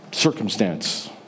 circumstance